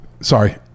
Sorry